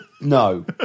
No